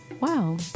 Wow